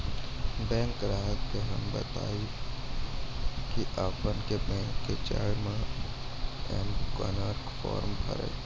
bank ग्राहक के हम्मे बतायब की आपने ने बैंक मे जय के एम कनेक्ट फॉर्म भरबऽ